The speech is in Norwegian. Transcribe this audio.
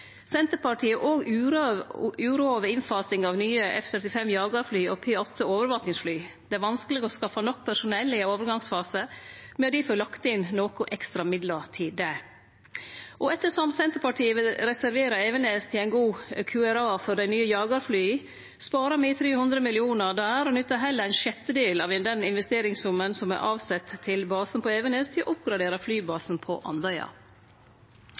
Senterpartiet er òg uroa over innfasing av nye F-35-jagarfly og P-8-overvakingsfly. Det er vanskeleg å skaffe nok personell i ein overgangsfase. Me har difor lagt inn nokre ekstra midlar til det. Ettersom Senterpartiet vil reservere Evenes til ein god QRA for dei nye jagarflya, sparar me 300 mill. kr der og nyttar heller ein sjettedel av investeringssummen som er avsett til basen på Evenes, til å oppgradere flybasen på Andøya.